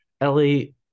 Ellie